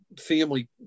family